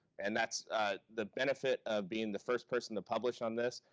and that's the benefit of being the first person to publish on this,